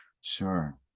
sure